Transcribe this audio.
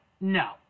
no